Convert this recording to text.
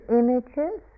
images